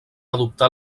adoptà